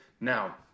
Now